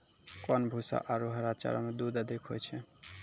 कोन भूसा आरु हरा चारा मे दूध अधिक होय छै?